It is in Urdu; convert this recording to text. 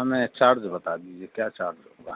ہمیں چارج بتا دیجیے کیا چارج ہوگا